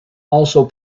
also